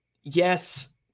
yes